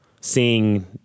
seeing